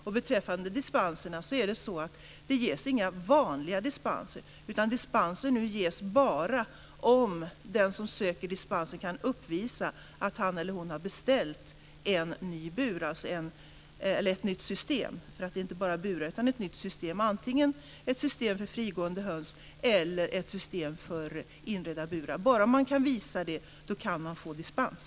Några vanliga dispenser ges inte, utan dispenser ges nu bara om den som söker dispens kan uppvisa att han eller hon har beställt ett nytt system - det handlar inte bara om burar - antingen ett system för frigående höns eller också ett system för inredda burar. Kan man visa det, då kan man få dispens.